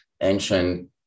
ancient